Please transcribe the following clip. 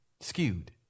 skewed